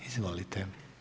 Izvolite.